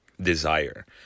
desire